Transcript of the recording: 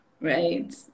right